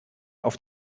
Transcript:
auf